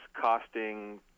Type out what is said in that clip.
costing